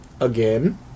Again